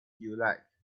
like